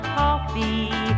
coffee